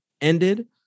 ended